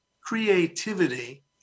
creativity